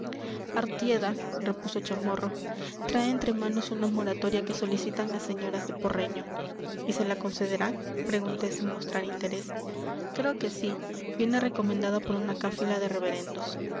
artieda repuso chamorro trae entre manos una moratoria que solicitan las señoras de porreño y se la concederán pregunté sin mostrar interés creo que sí viene recomendada por una cáfila de reverendos